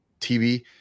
TV